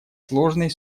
сложной